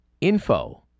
Info